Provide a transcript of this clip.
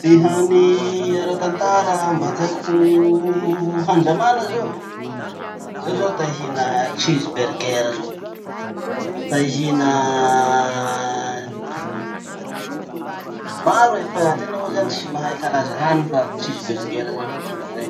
Ty hany ara-tantara mba tiako ho handramana zao, zaho zao ta hihina cheeseburger zao, ta hihina ino, maro e fa tena moa zany tsy mahay karaza hany fa cheeseburger zay avao ty mba haiko.